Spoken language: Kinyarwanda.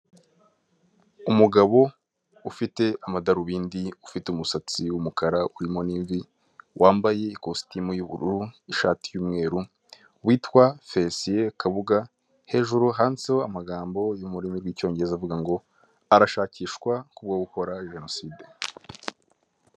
icyapa gitoya cy'umuhondo gikoze mu ishusho y'urukiramende kikaba kiriho uburyo bwifashishwa mukwishyura ibiribwa cyangwa se ibicuruzwa hakoreshejwe ikoranabuhanga rikoresha telefone